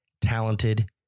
talented